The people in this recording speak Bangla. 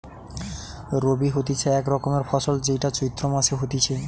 রবি হতিছে এক রকমের ফসল যেইটা চৈত্র মাসে হতিছে